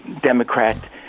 democrat